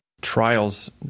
trials